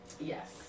yes